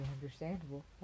understandable